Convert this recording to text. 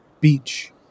beach